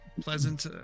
pleasant